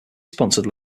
sponsored